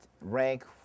rank